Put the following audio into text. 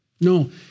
No